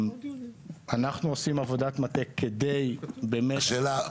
אנחנו עושים עבודת מטה כדי באמת- -- השאלה,